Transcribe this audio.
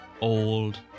old